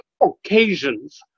occasions